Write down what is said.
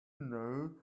know